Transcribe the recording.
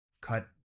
cut